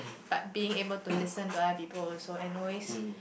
but being able to listen to other people also and always